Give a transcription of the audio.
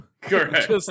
Correct